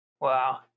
wow